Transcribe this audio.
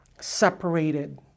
separated